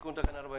תיקון תקנה 42?